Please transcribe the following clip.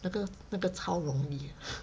那个那个超容易